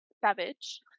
savage